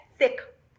thick